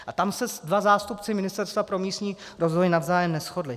A tam se dva zástupci Ministerstva pro místní rozvoj navzájem neshodli.